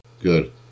good